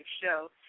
show